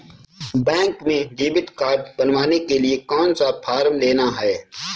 Bank में debit card बनवाने के लिए कौन सा फॉर्म लेना है?